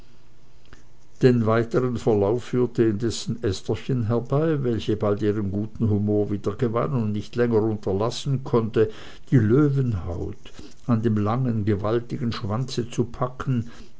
den weitern verlauf führte indessen estherchen herbei welche bald ihren guten humor wiedergewann und nicht länger unterlassen konnte die löwenhaut an dem langen gewaltigen schwanze zu packen